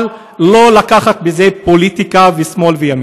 אבל לא לקחת בזה פוליטיקה ושמאל וימין.